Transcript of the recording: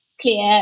clear